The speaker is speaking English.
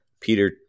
Peter